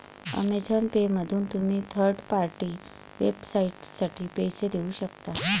Amazon पेमधून तुम्ही third party वेबसाइटसाठी पैसे देऊ शकता